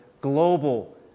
global